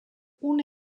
une